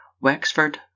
Wexford